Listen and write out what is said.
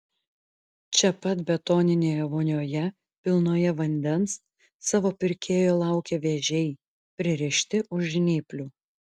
čia pat betoninėje vonioje pilnoje vandens savo pirkėjo laukia vėžiai pririšti už žnyplių